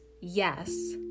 yes